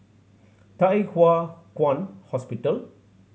Thye Hua Kwan Hospital